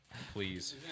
please